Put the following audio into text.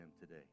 today